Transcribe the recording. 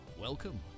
Welcome